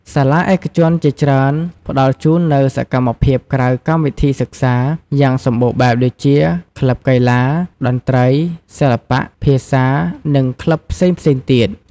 សាលាឯកជនជាច្រើនផ្តល់ជូននូវ សកម្មភាពក្រៅកម្មវិធីសិក្សា យ៉ាងសម្បូរបែបដូចជា ក្លឹបកីឡា តន្ត្រី សិល្បៈ ភាសា និងក្លឹបផ្សេងៗទៀត។